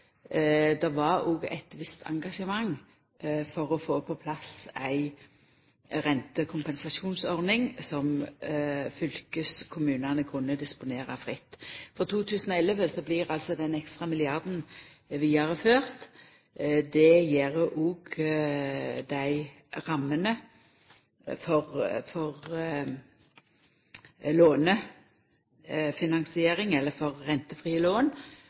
Det var òg eit visst engasjement for å få på plass ei rentekompensasjonsordning som fylkeskommunane kunne disponera fritt. For 2011 blir altså den ekstra milliarden vidareført. Det gjer òg dei rammene for lånefinansiering, eller for rentefrie lån,